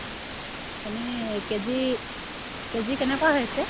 এনেই K G K G কেনেকুৱা হৈছে